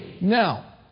Now